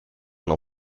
non